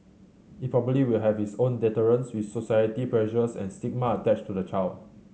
it probably will have its own deterrents with societal pressures and stigma attached to the child